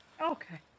Okay